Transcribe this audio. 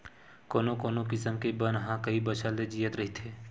कोनो कोनो किसम के बन ह कइ बछर ले जियत रहिथे